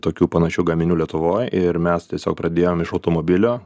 tokių panašių gaminių lietuvoj ir mes tiesiog pradėjom iš automobilio